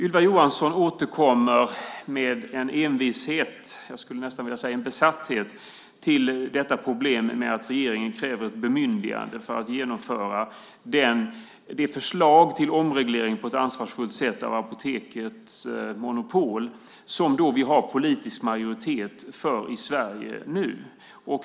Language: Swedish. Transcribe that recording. Ylva Johansson återkommer med en envishet - jag skulle nästan vilja säga besatthet - till problemet att regeringen kräver ett bemyndigande för att genomföra det förslag till omreglering på ett ansvarsfullt sätt av Apotekets monopol som vi har politisk majoritet för i Sverige.